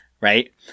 right